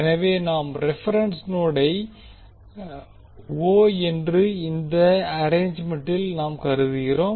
எனவே நாம் ரெபெரென்ஸ் நோடை o என்று இந்த அர்ரேனேஜ்மென்டில் நாம் கருதுகிறோம்